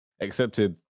accepted